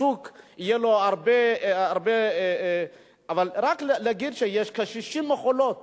השוק יהיה לו הרבה רק להגיד שיש כ-60 מכולות